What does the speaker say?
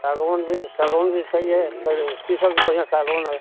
सागवान भी सागवान भी सही है पर शीशम से बढ़िया सागवान है